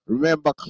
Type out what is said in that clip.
Remember